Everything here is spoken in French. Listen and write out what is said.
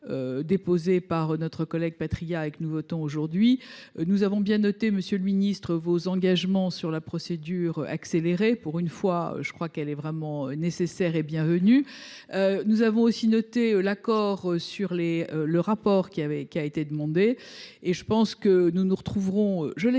Déposé par notre collègue Patriat avec nous votons aujourd'hui. Nous avons bien noté Monsieur le Ministre, vos engagements sur la procédure accélérée pour une fois je crois qu'elle est vraiment nécessaire et bienvenu. Nous avons aussi noté l'accord sur les. Le rapport qui avait, qui a été demandé et je pense que nous nous retrouverons.